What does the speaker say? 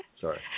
sorry